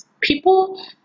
people